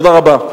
תודה רבה.